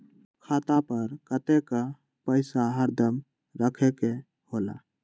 खाता पर कतेक पैसा हरदम रखखे के होला?